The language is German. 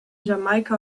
jamaika